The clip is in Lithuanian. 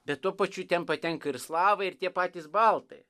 bet tuo pačiu ten patenka ir slavai ir tie patys baltai